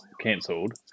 cancelled